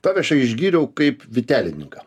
tave aš čia išgyriau kaip vytelininką